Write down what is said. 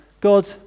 God